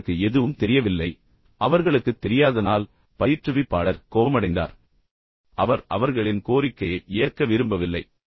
எனவே அவர்களுக்கு எதுவும் தெரியவில்லை எனவே அவர்களுக்குத் தெரியாதபோது பயிற்றுவிப்பாளர் கோபமடைந்தார் அவர் அவர்களின் கோரிக்கையை ஏற்க விரும்பவில்லை